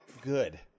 good